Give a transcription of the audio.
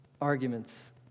arguments